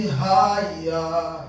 higher